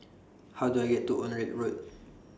How Do I get to Onraet Road